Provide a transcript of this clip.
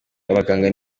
abaganga